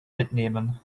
mitnehmen